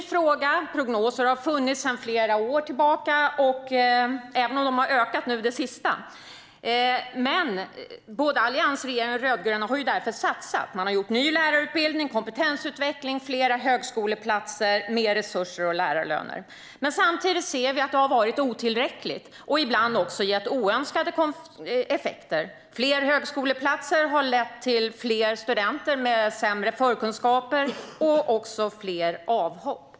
I flera år har det funnits prognoser, även om de har stigit under den senaste tiden. Men både alliansregeringen och de rödgröna har gjort satsningar: en ny lärarutbildning, kompetensutveckling, fler högskoleplatser, mer resurser och högre lärarlöner. Samtidigt ser vi att detta inte har varit tillräckligt, och ibland har det också gett oönskade effekter. Fler högskoleplatser har lett till fler studenter med sämre förkunskaper och även till fler avhopp.